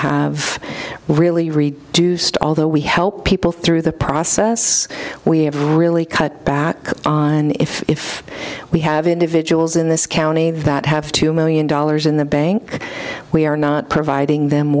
have really read deuced although we help people through the process we have to really cut back on if we have individuals in this county that have two million dollars in the bank we are not providing them